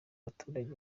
abaturage